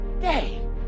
day